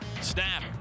Snap